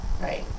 Right